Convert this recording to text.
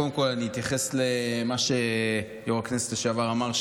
קודם כול אני אתייחס למה שיו"ר הכנסת לשעבר אמר,